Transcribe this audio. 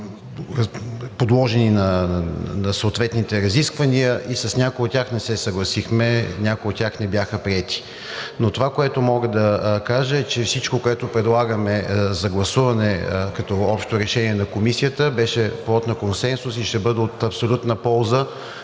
подложени на съответните разисквания и с някои от тях не се съгласихме, някои от тях не бяха приети. Но това, което мога да кажа, е, че всичко, което предлагаме за гласуване като общо решение на Комисията, беше плод на консенсус и ще бъде от абсолютна полза